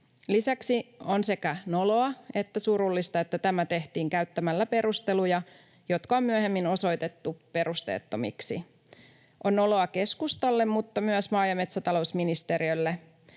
Lisäksi on sekä noloa että surullista, että tämä tehtiin käyttämällä perusteluja, jotka on myöhemmin osoitettu perusteettomiksi. On noloa keskustalle mutta myös maa‑ ja metsätalousministeriölle,